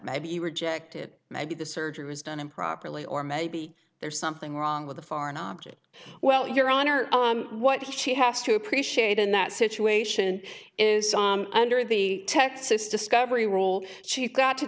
you rejected maybe the surgery was done improperly or maybe there's something wrong with a foreign object well your honor what she has to appreciate in that situation is under the texas discovery rules she's got to